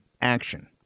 action